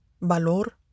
Valor